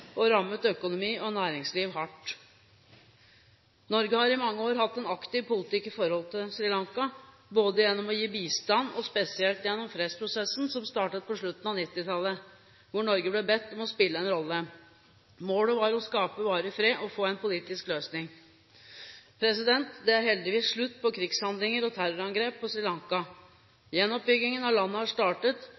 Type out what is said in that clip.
og rammet økonomi og næringsliv hardt. Norge har i mange år hatt en aktiv politikk overfor Sri Lanka, både gjennom å gi bistand og spesielt gjennom fredsprosessen som startet på slutten av 1990-tallet, hvor Norge ble bedt om å spille en rolle. Målet var å skape varig fred og få en politisk løsning. Det er heldigvis slutt på krigshandlinger og terrorangrep på Sri Lanka. Gjenoppbyggingen av landet har startet,